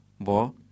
bo